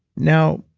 now,